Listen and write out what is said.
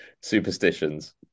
Superstitions